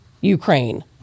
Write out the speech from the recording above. ukraine